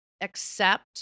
accept